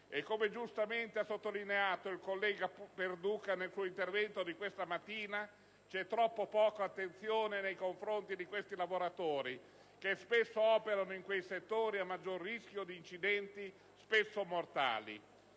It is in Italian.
E, come ha giustamente sottolineato il collega Perduca nel suo intervento di questa mattina, c'è troppo poca attenzione nei confronti di questi lavoratori, che spesso operano in quei settori a maggior rischio di incidenti, anche mortali.